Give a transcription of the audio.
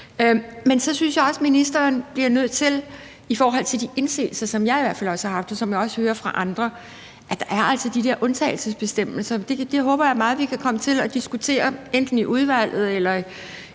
her. Så synes jeg også, at ministeren bliver nødt til at forholde sig til de indsigelser, som jeg i hvert fald også har haft, og som jeg også hører fra andre, der er i forhold til de der undtagelsesbestemmelser. Det håber jeg meget vi kan komme til at diskutere, enten i udvalget eller